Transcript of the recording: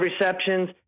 receptions